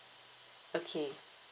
okay